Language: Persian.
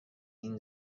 این